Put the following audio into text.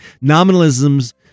Nominalism's